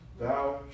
Thou